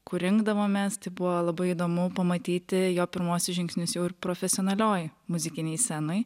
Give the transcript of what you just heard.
kur rinkdavomės tai buvo labai įdomu pamatyti jo pirmuosius žingsnius profesionalioj muzikinėj scenoj